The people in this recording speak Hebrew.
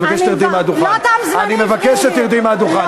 אני מבקש שתרדי מהדוכן.